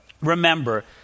Remember